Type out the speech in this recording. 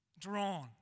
drawn